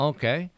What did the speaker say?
Okay